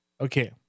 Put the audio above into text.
Okay